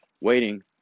waiting